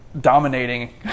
dominating